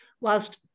whilst